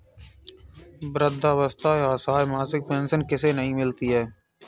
वृद्धावस्था या असहाय मासिक पेंशन किसे नहीं मिलती है?